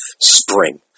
spring